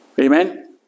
Amen